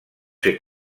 ser